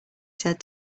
said